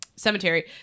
cemetery